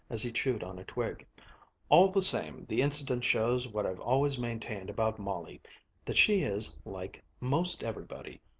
as he chewed on a twig all the same, the incident shows what i've always maintained about molly that she is, like most everybody,